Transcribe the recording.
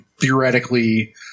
theoretically